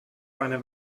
eine